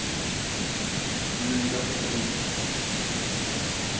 ᱦᱮᱸ ᱫᱚᱦᱚᱭ ᱫᱟᱞᱤᱧ